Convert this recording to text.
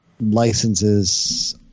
licenses